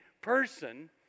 person